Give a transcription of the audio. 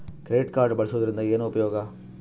Credit card ಬಳಸುವದರಿಂದ ಏನು ಉಪಯೋಗ?